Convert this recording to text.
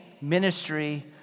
ministry